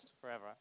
forever